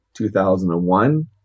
2001